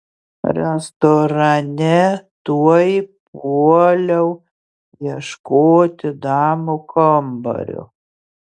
restorane tuoj puoliau ieškoti damų kambario